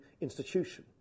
institution